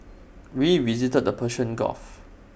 we visited the Persian gulf